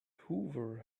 hoover